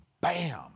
bam